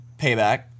Payback